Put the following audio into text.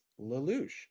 Lelouch